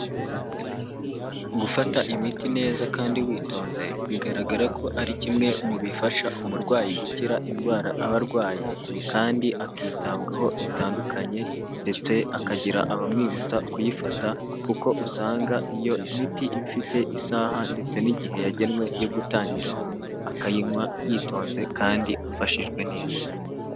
Gufata imiti neza kandi witonze, bigaragara ko ari kimwe mu bifasha umurwayi gukira indwara aba arwaye kandi akitabwaho bitandukanye ndetse akagira abamwibutsa kuyifata kuko usanga iyo miti ifite isaha ndetse n'igihe yagenwe yo gutangirwaho, akayinywa yitonze kandi afashijwe neza.